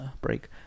Break